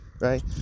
right